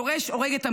יורש הורג את המוריש.